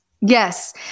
Yes